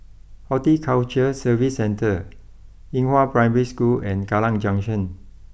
Horticulture Services Centre Xinghua Primary School and Kallang Junction